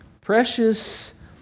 precious